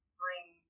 bring